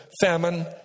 famine